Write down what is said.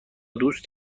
دوست